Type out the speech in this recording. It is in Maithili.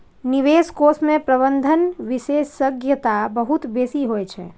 निवेश कोष मे प्रबंधन विशेषज्ञता बहुत बेसी होइ छै